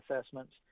assessments